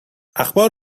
اخبار